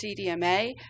CDMA